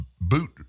boot